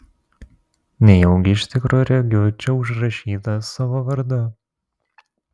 nejaugi iš tikro regiu čia užrašytą savo vardą